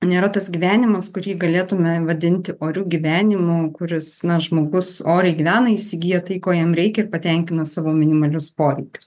nėra tas gyvenimas kurį galėtumė vadinti oriu gyvenimu kuris na žmogus oriai gyvena įsigija tai ko jam reikia ir patenkina savo minimalius poreikius